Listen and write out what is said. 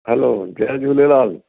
हलो जय झूलेलाल